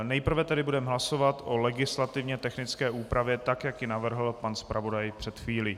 Nejprve tedy budeme hlasovat o legislativně technické úpravě, tak jak ji navrhl pan zpravodaj před chvílí.